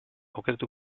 aukeratu